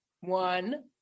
one